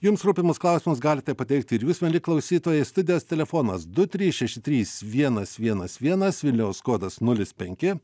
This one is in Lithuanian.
jums rūpimus klausimus galite pateikti ir jūs mieli klausytojai studijos telefonas du trys šeši trys vienas vienas vienas vilniaus kodas nulis penki